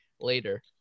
later